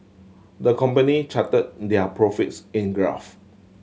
the company charted their profits in graph